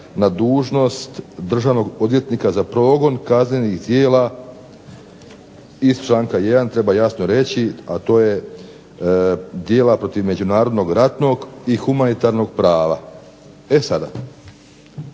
na dužnost državnog odvjetnika za progon kaznenih djela iz članka 1., treba jasno reći a to je djela protiv međunarodnog ratnog i humanitarnog prava. E sada,